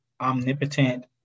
omnipotent